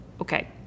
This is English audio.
Okay